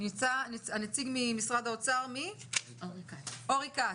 הנציג ממשרד האוצר, אורי כץ.